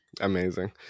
Amazing